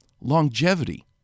longevity